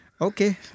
Okay